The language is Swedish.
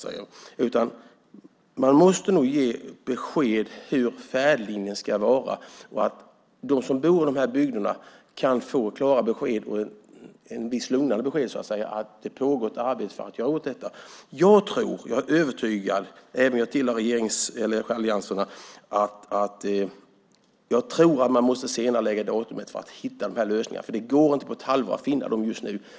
Man måste nog ge besked om färdlinjen, så att de som bor i de här bygderna kan få ett klart och lugnande besked om att det pågår ett arbete för att göra något åt detta. Jag är övertygad om, även om jag tillhör alliansen, att man måste välja ett senare datum för att hitta lösningarna, för det går inte att finna dem på ett halvår.